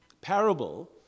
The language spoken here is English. parable